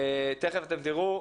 תיכף אתם תראו,